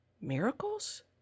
Miracles